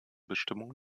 bestimmung